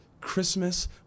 Christmas